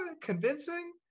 convincing